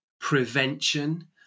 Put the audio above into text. prevention